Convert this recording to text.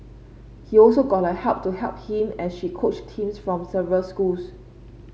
he also got her help to help him as she coached teams from several schools